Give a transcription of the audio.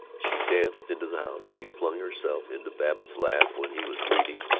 she danced into the house, she flung herself into babbitt's lap when he was reading,